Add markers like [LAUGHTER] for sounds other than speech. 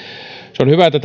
on hyvä että [UNINTELLIGIBLE]